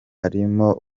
harimo